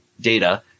data